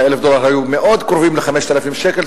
וה-1,000 דולר היו מאוד קרובים ל-5,000 שקלים,